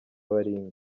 baringa